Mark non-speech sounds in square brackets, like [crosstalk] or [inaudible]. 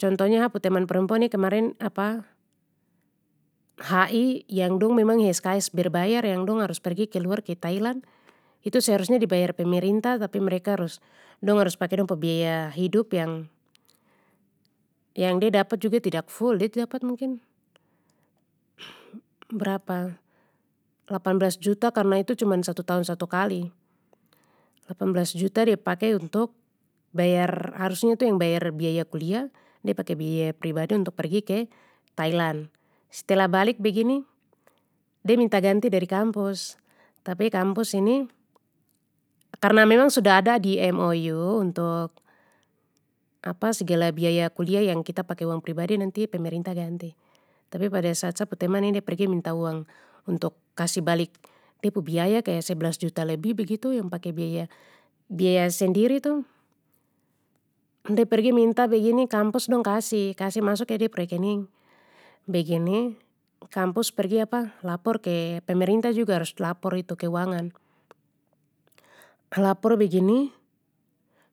contohnya ha pu teman perempuan ni kemarin [hesitation] hi yang dong memang sks berbayar yang dong harus pergi keluar ke thailand itu seharusnya dibayar pemerintah tapi mereka harus dong harus pake dong pu biaya hidup yang, yang de di dapat juga tidak ful, de dapat mungkin. Lapan blas juta karna itu cuma satu tahun satu kali, lapan blas juta de pake untuk, bayar harusnya tu yang bayar biaya kuliah de pake biaya pribadi untuk pergi ke thailand, setelah balik begini, de minta ganti dari kampus tapi kampus ini karna memang sudah ada di mou untuk [hesitation] segala biaya kuliah yang kita pake uang pribadi nanti pemerintah ganti tapi pada saat sa pu teman ini de pergi minta uang untuk kasih balik de pu biaya kaya sbelas juta lebih begitu yang pake biaya-biaya sendiri tu, de pergi minta kampus dong kasih kasih masuk ke de pu rekening, begini, kampus pergi [hesitation] lapor ke pemerintah juga harus lapor itu keuangan, lapor begini,